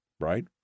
right